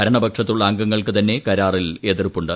ഭരണപക്ഷത്തുള്ള അംഗങ്ങൾക്ക് തന്നെ കരാറിൽ എതിർപ്പുണ്ട്